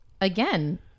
again